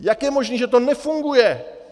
Jak je možné, že to nefunguje?